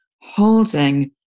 holding